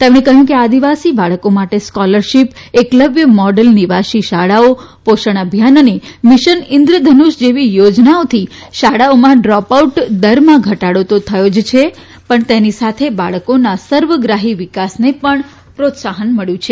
તેમણે કહયું કે આદિવાસી બાળકો માટે સ્કોલરશિપ એકલવ્ય મોડેલ નિવાસી શાળાઓ પોષણ અભિયાન અને મિશન ઇન્દ્રધનુષ જેવી યોજનાથી શાળાઓમાં ડ્રોપ આઉટ દરમાં ઘટાડો તો થયો જ છે તેની સાથે બાળકોના સર્વગ્રાહી વિકાસને પણ પ્રોત્સાહન મળ્યું છે